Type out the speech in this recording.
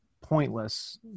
pointless